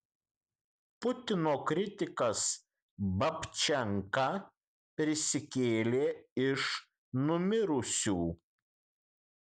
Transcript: putino kritikas babčenka prisikėlė iš numirusių